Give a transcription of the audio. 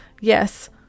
Yes